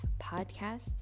podcast